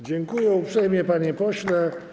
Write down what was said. Dziękuję uprzejmie, panie pośle.